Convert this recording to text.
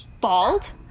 Bald